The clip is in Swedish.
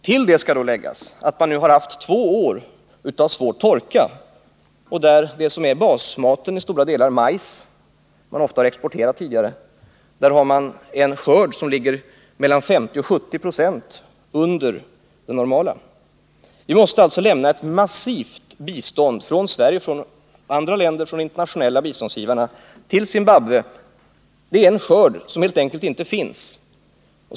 Till det skall då läggas att man nu har haft två år av svår torka och att man av majs, som i stora delar är basmaten och som ofta exporterats tidigare, har fått en skörd som ligger mellan 50 och 70 26 under det normala. Ett massivt bistånd måste alltså lämnas till Zimbabwe från Sverige och andra länder samt från de internationella biståndsgivarna, eftersom en skörd helt enkelt inte finns.